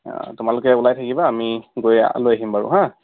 তোমালোকে ওলাই থাকিবা আমি গৈ লৈ আহিম বাৰু হাঁ